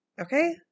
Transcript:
Okay